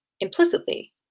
implicitly